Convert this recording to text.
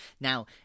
Now